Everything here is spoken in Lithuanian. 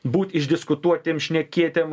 būt išdiskutuotiem šnekėtiem